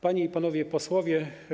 Panie i Panowie Posłowie!